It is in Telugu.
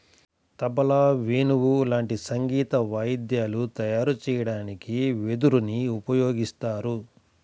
తబలా, వేణువు లాంటి సంగీత వాయిద్యాలు తయారు చెయ్యడానికి వెదురుని ఉపయోగిత్తారు